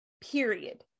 period